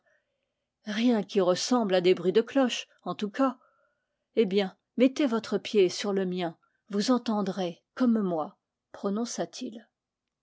rien qui ressemble à des bruits de cloche en tout cas eh bien mettez votre pied sur le mien vous enten drez comme moi prononça-t-il